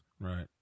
Right